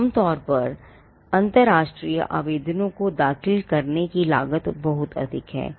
आमतौर पर अंतरराष्ट्रीय आवेदनों को दाखिल करने की लागत बहुत अधिक है